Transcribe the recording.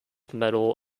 medal